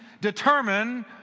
determine